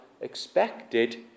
expected